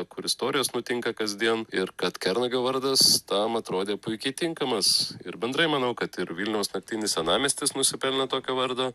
kur istorijos nutinka kasdien ir kad kernagio vardas tam atrodė puikiai tinkamas ir bendrai manau kad ir vilniaus naktinis senamiestis nusipelnė tokio vardo